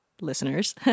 listeners